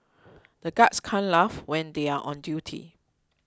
the guards can't laugh when they are on duty